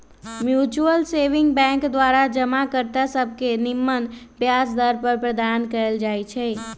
mutual saving bank द्वारा जमा कर्ता सभके निम्मन ब्याज दर प्रदान कएल जाइ छइ